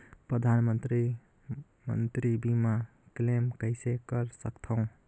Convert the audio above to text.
परधानमंतरी मंतरी बीमा क्लेम कइसे कर सकथव?